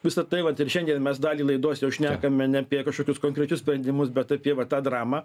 visa tai vat ir šiandien mes dalį laidos jau šnekame ne apie kažkokius konkrečius sprendimus bet apie va tą dramą